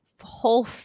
whole